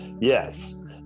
Yes